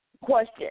question